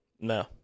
No